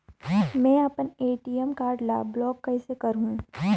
मै अपन ATM card ल ब्लाक कइसे करहूं?